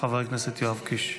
חבר הכנסת יואב קיש,